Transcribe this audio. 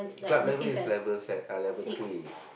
club level is level se~ uh level three